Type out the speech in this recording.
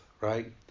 right